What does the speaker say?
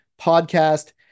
Podcast